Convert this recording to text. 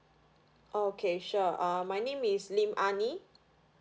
okay sure uh my name is lim ah nie